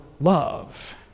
love